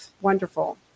wonderful